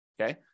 okay